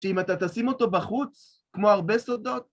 שאם אתה תשים אותו בחוץ, כמו הרבה סודות...